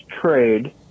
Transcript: trade